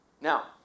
Now